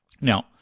Now